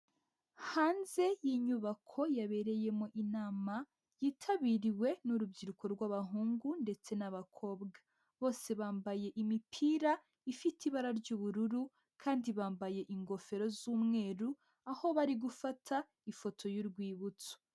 Hanze y'inyubako yabereyemo inama yitabiriwe n'urubyiruko rw'bahungu ndetse n'abakobwa, bose bambaye imipira ifite ibara ry'ubururu kandi bambaye ingofero z'umweru, aho bari gufata ifoto y'urwibutso.